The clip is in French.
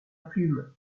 plume